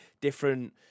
different